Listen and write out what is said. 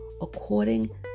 according